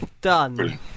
done